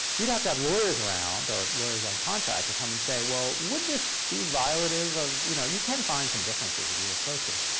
you'd have to have lawyers around or lawyers on contract to come and say, well, would this be violative of you know you can find some differences, if you look closely.